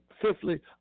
fifthly